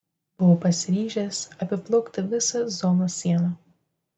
buvo pasiryžęs apiplaukti visą zonos sieną